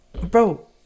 Bro